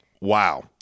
wow